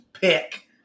pick